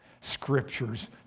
Scriptures